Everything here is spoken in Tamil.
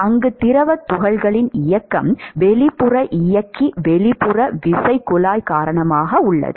அங்கு திரவ துகள்களின் இயக்கம் வெளிப்புற இயக்கி வெளிப்புற விசைக்குழாய் காரணமாக உள்ளது